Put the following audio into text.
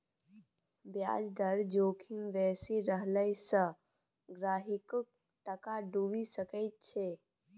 ब्याज दर जोखिम बेसी रहला सँ गहिंकीयोक टाका डुबि सकैत छै